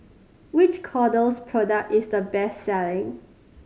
which Kordel's product is the best selling